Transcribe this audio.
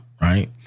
right